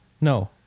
No